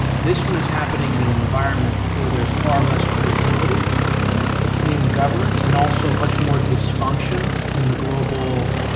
this one is happening in an environment where there's far less credibility in governments and also much more dysfunction in the global,